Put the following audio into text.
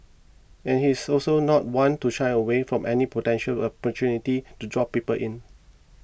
and he is also not one to shy away from any potential opportunity to draw people in